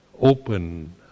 Open